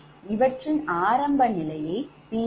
இவற்றின் ஆரம்ப நிலையை 𝑃𝑔2𝑃𝑔201